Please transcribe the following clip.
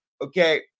Okay